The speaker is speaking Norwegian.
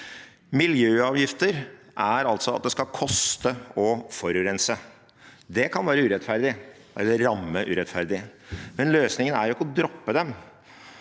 Miljøavgifter er altså at det skal koste å forurense. Det kan være urettferdig eller ramme urettferdig, men løsningen er ikke å droppe dem.